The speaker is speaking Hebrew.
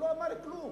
הוא לא אמר כלום.